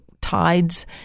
tides